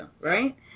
right